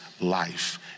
life